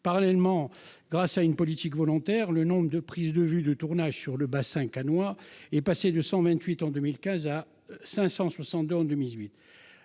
Parallèlement, grâce à une politique volontariste, le nombre de prises de vues et de tournages sur le bassin cannois est passé de 128 en 2015 à 562 en 2018.